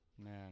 man